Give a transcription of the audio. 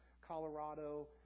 Colorado